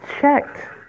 checked